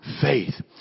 faith